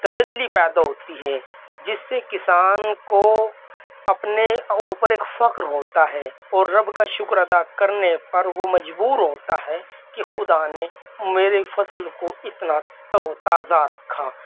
تجلی پیدا ہوتی ہے جس سے کسان کو اپنے اوپر ایک فخر ہوتا ہے اور رب کا شکر ادا کرنے پر وہ مجبور ہوتا ہے کہ خدا نے میری فصل کو اتنا تر و تازہ رکھا